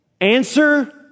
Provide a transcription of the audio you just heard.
Answer